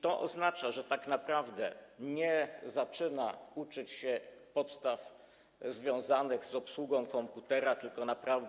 To oznacza, że tak naprawdę nie zaczyna uczyć się podstaw związanych z obsługą komputera, tylko tak naprawdę.